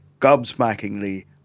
gobsmackingly